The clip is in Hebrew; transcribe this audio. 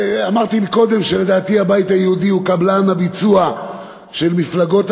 אמרתי קודם שלדעתי הבית היהודי הוא קבלן הביצוע של מפלגות אחרות,